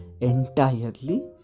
entirely